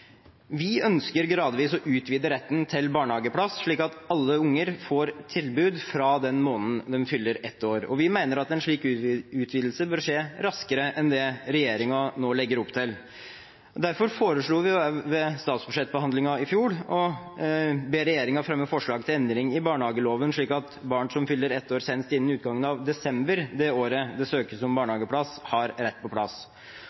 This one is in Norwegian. Vi ønsker gradvis å utvide retten til barnehageplass, slik at alle unger får tilbud fra den måneden de fyller ett år, og vi mener at en slik utvidelse bør skje raskere enn det regjeringen nå legger opp til. Derfor foreslo vi ved statsbudsjettbehandlingen i fjor å be regjeringen fremme forslag til endring i barnehageloven, slik at barn som fyller ett år senest innen utgangen av desember det året det søkes om barnehageplass, har rett på plass.